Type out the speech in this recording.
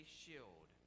shield